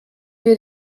wir